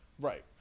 Right